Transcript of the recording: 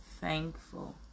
thankful